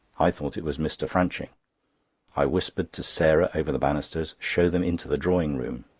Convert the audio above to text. i thought it was mr. franching i whispered to sarah over the banisters show them into the drawing-room.